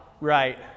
right